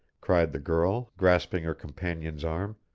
cried the girl, grasping her companion's arm.